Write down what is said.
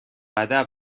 ادب